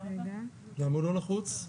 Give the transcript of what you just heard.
למה הוא לא נחוץ?